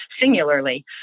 singularly